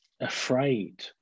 afraid